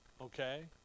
Okay